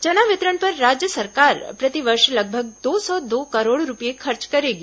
चना वितरण पर राज्य सरकार प्रतिवर्ष लगभग दो सौ दो करोड़ रूपये खर्च करेगी